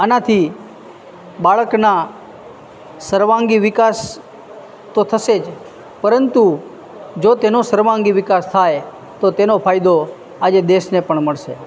આનાથી બાળકના સર્વાંગી વિકાસ તો થશે જ પરંતુ જો તેનો સર્વાંગી વિકાસ થાય તો તેનો ફાયદો આજે દેશને પણ મળશે